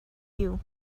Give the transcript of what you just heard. you